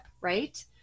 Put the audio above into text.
right